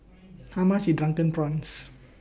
How much IS Drunken Prawns